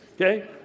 okay